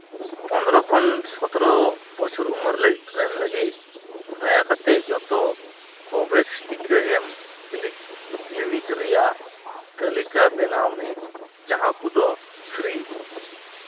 ᱯᱚᱱᱫᱨᱚ ᱠᱷᱚᱱ ᱥᱚᱛᱨᱚ ᱵᱚᱪᱷᱚᱨ ᱩᱢᱟᱹᱨ ᱨᱮᱱ ᱞᱟᱹᱜᱤᱫ ᱫᱟᱭᱟ ᱠᱟᱛᱮ ᱡᱚᱛᱚ ᱠᱳᱵᱷᱮᱠᱥ ᱴᱤᱠᱟᱹ ᱮᱢ ᱠᱞᱤᱱᱤᱠ ᱨᱮᱭᱟᱜ ᱛᱟᱹᱞᱤᱠᱟ ᱵᱮᱱᱟᱣ ᱢᱮ ᱡᱟᱦᱟᱸ ᱠᱚᱫᱚ ᱯᱷᱨᱤ